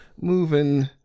Moving